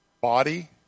body